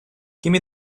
gimme